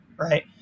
Right